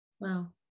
Wow